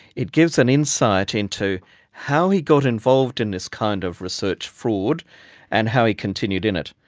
it gives an insight into how he got involved in this kind of research fraud and how he continued in it.